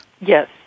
Yes